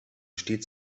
stets